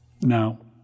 Now